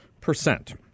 percent